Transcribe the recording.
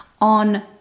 on